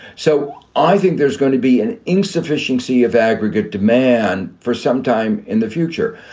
so i think there's gonna be an insufficiency of aggregate demand for sometime in the future.